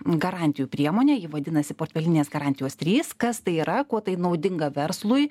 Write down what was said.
garantijų priemonę ji vadinasi portfelinės garantijos trys kas tai yra kuo tai naudinga verslui